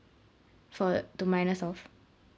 for to minus off